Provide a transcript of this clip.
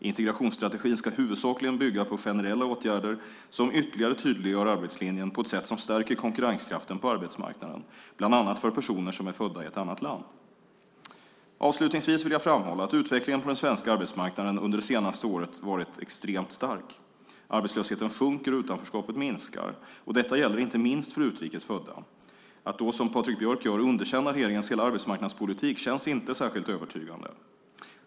Integrationsstrategin ska huvudsakligen bygga på generella åtgärder som ytterligare tydliggör arbetslinjen på ett sätt som stärker konkurrenskraften på arbetsmarknaden, bland annat för personer som är födda i ett annat land. Avslutningsvis vill jag framhålla att utvecklingen på den svenska arbetsmarknaden under det senaste året har varit extremt stark. Arbetslösheten sjunker och utanförskapet minskar. Detta gäller inte minst för utrikes födda. Att då, som Patrik Björck gör, underkänna regeringens hela arbetsmarknadspolitik känns inte särskilt övertygande.